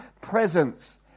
presence